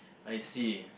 I see